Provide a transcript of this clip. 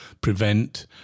prevent